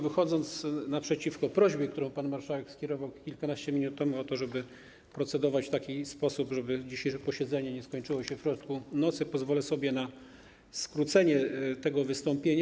Wychodząc naprzeciw prośbie, którą pan marszałek skierował kilkanaście minut temu, o to, żeby procedować w taki sposób, żeby dzisiejsze posiedzenie nie skończyło się w środku nocy, pozwolę sobie na skrócenie tego wystąpienia.